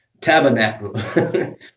Tabernacle